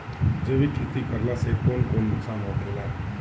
जैविक खेती करला से कौन कौन नुकसान होखेला?